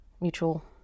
mutual